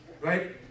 right